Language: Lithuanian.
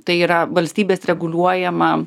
tai yra valstybės reguliuojama